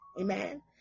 amen